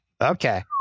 Okay